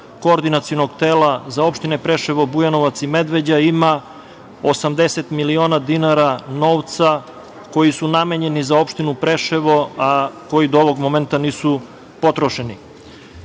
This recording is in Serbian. koordinacionog tela za opštine Preševo, Bujanovac i Medveđa ima 80 miliona dinara novca koji su namenjeni za opštinu Preševo, koji do ovog momenta nisu potrošeni. Od